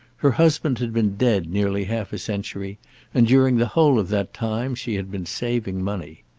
her husband had been dead nearly half a century and during the whole of that time she had been saving money.